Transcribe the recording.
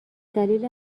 دلیل